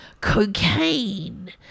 cocaine